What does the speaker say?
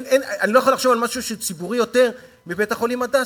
אני לא יכול לחשוב על משהו ציבורי יותר מבית-החולים "הדסה",